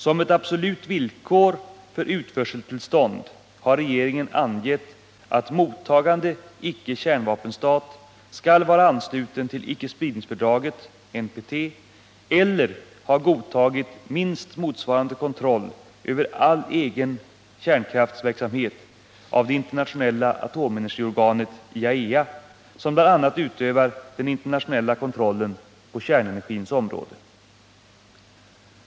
Som ett absolut villkor för utförseltillstånd har regeringen angett att mottagande icke-kärnvapenstat skall vara ansluten till icke-spridningsfördraget eller ha godtagit minst motsvarande kontroll över all egen kärnkraftsverksamhet av det internationella atomenergiorganet IAEA, som bl.a. utövar den internationella kontrollen på kärnenergins område.